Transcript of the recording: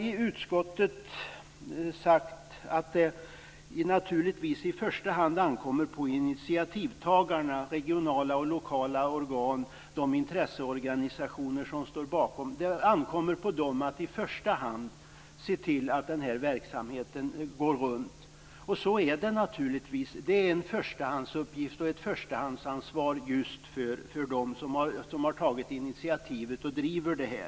I utskottet har vi sagt att det naturligtvis i första hand ankommer på initiativtagarna, de regionala och lokala organen och på de intresseorganisationer som står bakom det hela att se till att verksamheten går runt. Så är det naturligtvis - det är en förstahandsuppgift och ett förstahandsansvar just för dem som har tagit initiativet och som driver det hela.